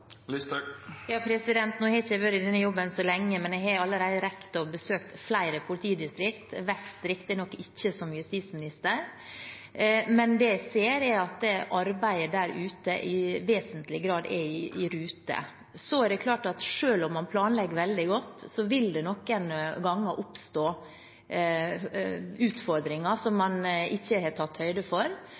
Nå har ikke jeg vært i denne jobben så lenge, men jeg har allerede rukket å besøke flere politidistrikt, riktignok ikke Vest politidistrikt som justisminister. Det jeg ser, er at arbeidet der ute i vesentlig grad er i rute. Så er det klart at selv om man planlegger veldig godt, vil det noen ganger oppstå utfordringer som man ikke har tatt høyde for.